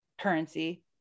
currency